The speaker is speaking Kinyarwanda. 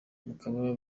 bakaba